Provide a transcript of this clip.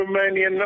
Romanian